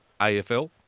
AFL